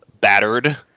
battered